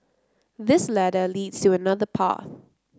this ladder leads to another path